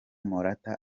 morata